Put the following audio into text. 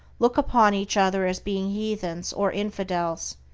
look upon each other as being heathens or infidels,